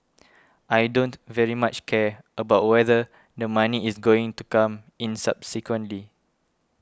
I don't very much care about whether the money is going to come in subsequently